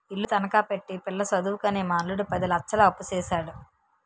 ఇల్లు తనఖా పెట్టి పిల్ల సదువుకని మా అల్లుడు పది లచ్చలు అప్పుసేసాడు